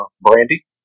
Brandy